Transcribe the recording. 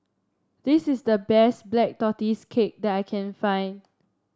this is the best Black Tortoise Cake that I can find